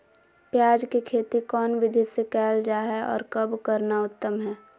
प्याज के खेती कौन विधि से कैल जा है, और कब करना उत्तम है?